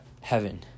heaven